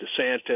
DeSantis